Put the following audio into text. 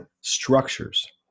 structures